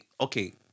okay